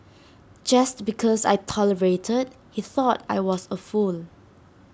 just because I tolerated he thought I was A fool